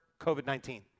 COVID-19